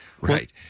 Right